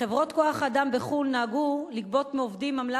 חברות כוח-אדם בחו"ל נהגו לגבות מעובדים עמלה